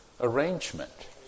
arrangement